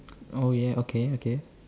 oh ya okay okay